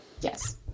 yes